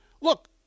Look